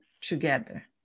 together